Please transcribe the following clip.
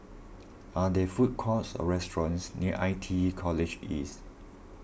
are there food courts or restaurants near I T E College East